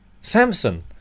Samson